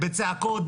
בצעקות,